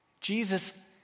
Jesus